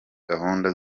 gahunda